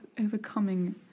overcoming